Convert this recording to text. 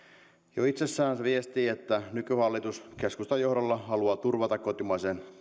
jo itsessään se viestii että nykyhallitus keskustan johdolla haluaa turvata kotimaisen